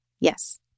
Yes